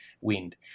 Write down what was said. wind